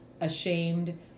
ashamed